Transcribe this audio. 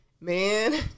man